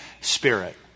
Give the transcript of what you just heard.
spirit